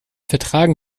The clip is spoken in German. vertragen